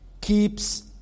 keeps